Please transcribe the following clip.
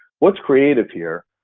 what's created here,